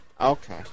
Okay